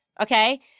okay